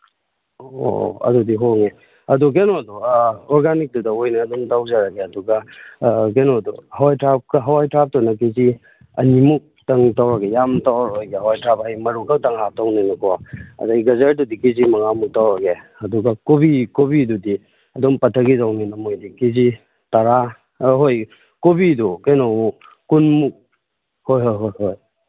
ꯑꯣ ꯑꯣ ꯑꯗꯨꯗꯤ ꯍꯣꯡꯉꯦ ꯑꯗꯨ ꯀꯩꯅꯣꯗꯣ ꯑꯣꯔꯒꯥꯅꯤꯛꯇꯨꯗ ꯑꯣꯏꯅ ꯑꯗꯨꯝ ꯇꯧꯖꯔꯒꯦ ꯑꯗꯨꯒ ꯀꯩꯅꯣꯗꯨ ꯍꯋꯥꯏ ꯊ꯭ꯔꯥꯛ ꯍꯋꯥꯏ ꯊ꯭ꯔꯥꯛꯇꯨꯅ ꯀꯦ ꯖꯤ ꯑꯅꯤꯃꯨꯛꯇꯪ ꯇꯧꯔꯒꯦ ꯌꯥꯝ ꯇꯧꯔꯔꯣꯏꯒꯦ ꯍꯋꯥꯏ ꯊ꯭ꯔꯥꯛ ꯍꯌꯦꯡ ꯃꯔꯨ ꯈꯇꯪ ꯍꯥꯞꯇꯣꯏꯅꯤꯅꯀꯣ ꯑꯗꯒꯤ ꯒꯖꯔꯗꯨꯗꯤ ꯀꯦ ꯖꯤ ꯃꯉꯥꯃꯨꯛ ꯇꯧꯔꯒꯦ ꯑꯗꯨꯒ ꯀꯣꯕꯤ ꯀꯣꯕꯤꯗꯨꯗꯤ ꯑꯗꯨꯝ ꯄꯊꯒꯤꯗꯣꯏꯅꯤꯅ ꯃꯣꯏꯗꯤ ꯀꯦ ꯖꯤ ꯇꯔꯥ ꯑꯍꯣꯏ ꯀꯣꯕꯤꯗꯨ ꯀꯩꯅꯣꯃꯨꯛ ꯀꯨꯟꯃꯨꯛ ꯍꯣꯏ ꯍꯣꯏ ꯍꯣꯏ